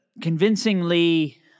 convincingly